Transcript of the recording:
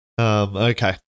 Okay